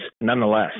nonetheless